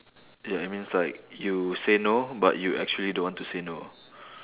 ya it means like you say no but you actually don't want to say no